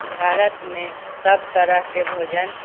भारतमे सब तरहके भोजन